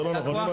זה לא נכון.